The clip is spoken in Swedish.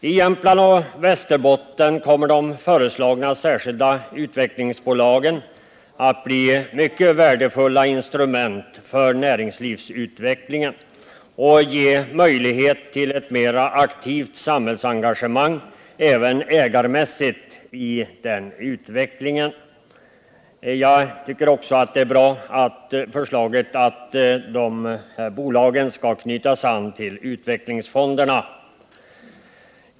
I Jämtland och Västerbotten kommer de föreslagna särskilda utvecklingsbolagen att bli mycket värdefulla instrument för näringslivsutvecklingen och ge möjligheter till ett mera aktivt samhällsengagemang, även ägarmässigt, i den utvecklingen. Jag tycker också att det är ett bra förslag att de här bolagen skall knytas an till utvecklingsfonderna.